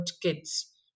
kids